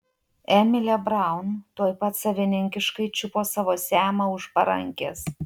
emilė braun tuoj pat savininkiškai čiupo savo semą už parankės